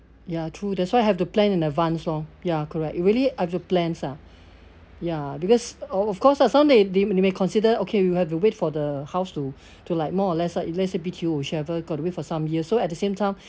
ya true that's why I have to plan in advance lor ya correct really I have to plans ah ya because o~ of course ah some day they may they may consider okay we have to wait for the house to to like more or less lah if let's say B_T_O whichever got to wait for some years so at the same time